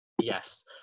Yes